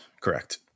Correct